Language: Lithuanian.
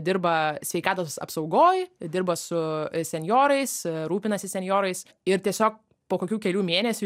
dirba sveikatos apsaugoj dirba su senjorais rūpinasi senjorais ir tiesiog po kokių kelių mėnesių